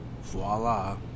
voila